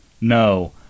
no